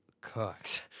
cooks